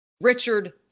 Richard